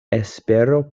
espero